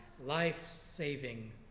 life-saving